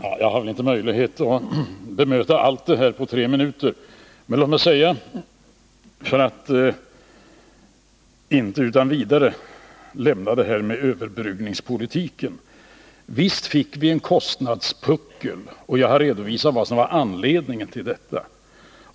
Fru talman! Jag har inte möjlighet att bemöta allt detta på tre minuter. Men låt mig säga, för att inte utan vidare lämna det här med överbryggningspolitiken: Visst fick vi en kostnadspuckel — och jag har redovisat vad som var anledningen till den.